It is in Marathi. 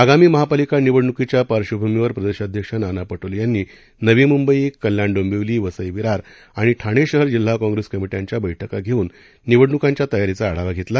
आगामी महापालिका निवडणुकीच्या पार्श्वभूमीवर प्रदेशाध्यक्ष नाना पटोले यांनी नवी मुंबई कल्याण डोंबिवली वसई विरार आणि ठाणे शहर जिल्हा काँग्रेस कमिट्यांच्या बठ्का घेऊन निवडणुकांच्या तयारीचा आढावा घेतला